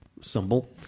symbol